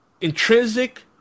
intrinsic